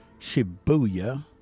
Shibuya